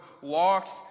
walks